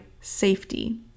safety